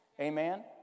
Amen